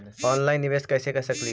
Online निबेस कैसे कर सकली हे?